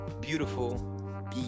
beautiful